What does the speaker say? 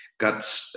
Got